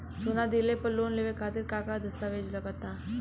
सोना दिहले पर लोन लेवे खातिर का का दस्तावेज लागा ता?